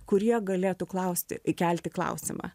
kurie galėtų klausti kelti klausimą